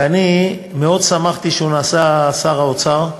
ואני מאוד שמחתי שהוא נעשה שר האוצר,